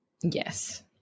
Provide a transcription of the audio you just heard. Yes